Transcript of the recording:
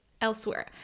elsewhere